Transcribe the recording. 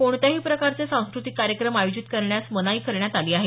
कोणत्याही प्रकारचे सांस्कृतिक कार्यक्रम आयोजित करण्यास मनाई करण्यात आली आहे